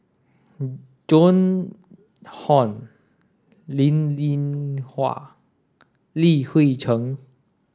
Joan Hon Linn In Hua Li Hui Cheng